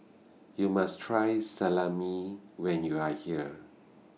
YOU must Try Salami when YOU Are here